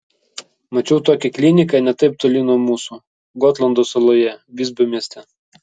mačiau tokią kliniką ne taip toli nuo mūsų gotlando saloje visbio mieste